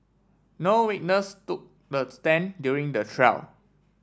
no witness took the stand during the trial